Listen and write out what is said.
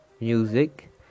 music